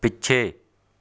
ਪਿੱਛੇ